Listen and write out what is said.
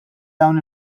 dawn